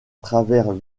travers